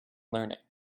learning